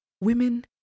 Women